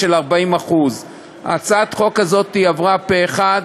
40%. הצעת החוק הזאת עברה פה אחד,